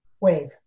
Wave